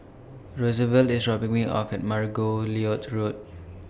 Rosevelt IS dropping Me off At Margoliouth Road